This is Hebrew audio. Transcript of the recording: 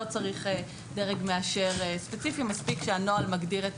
לא צריך דרג מאשר ספציפי אלא מספיק שהנוהל מגדיר את